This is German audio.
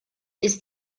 ist